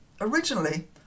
originally